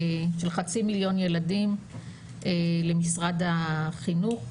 של חצי מיליון ילדים למשרד החינוך.